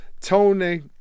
Tony